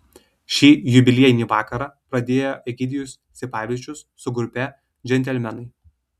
šį jubiliejinį vakarą pradėjo egidijus sipavičius su grupe džentelmenai